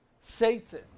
Satan